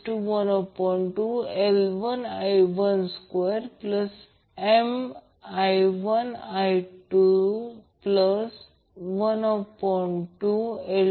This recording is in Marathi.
तर असे आहे म्हणूनच Im ω C sin ω t 90° आता जर हे sin ω t चा प्लॉट असेल